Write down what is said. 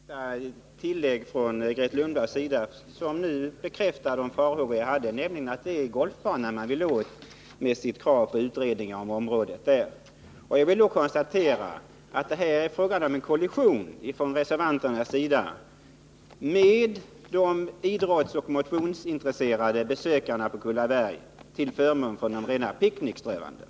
Herr talman! Jag tackar för detta tillägg från Grethe Lundblad. Det bekräftar de farhågor vi hade, nämligen att det är golfbanan man vill åt med sitt krav på utredning om området. Jag konstaterar att det här är fråga om en kollision mellan reservanterna och de idrottsoch motionsintresserade besökarna på Kullaberg till förmån för rena picknickströvanden.